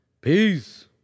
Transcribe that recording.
peace